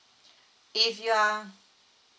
if you are